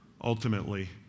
Ultimately